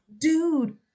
dude